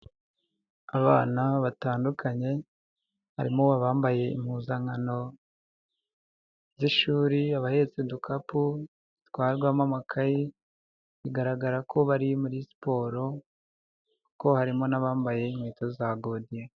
Abana batandukanye harimo: abambaye impuzankano z'ishuri, abahetse udukapu dutwarwamo amakayi. Bigaragara ko bari muri siporo kuko harimo n'abambaye inkweto za godiyo.